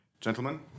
gentlemen